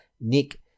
Nick